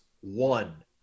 One